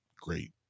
Great